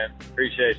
Appreciate